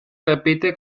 repite